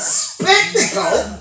spectacle